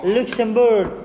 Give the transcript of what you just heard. Luxembourg